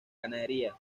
ganadería